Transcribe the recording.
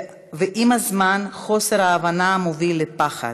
ועם הזמן חוסר ההבנה מוביל לפחד.